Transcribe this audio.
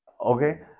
Okay